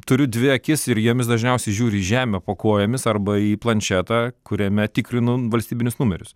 turiu dvi akis ir jomis dažniausiai žiūri į žemę po kojomis arba į planšetą kuriame tikrinu valstybinius numerius